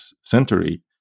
century